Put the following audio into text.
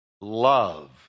love